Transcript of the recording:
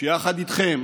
יחד איתכם